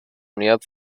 unidad